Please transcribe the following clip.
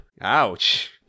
Ouch